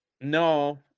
no